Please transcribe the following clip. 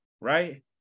right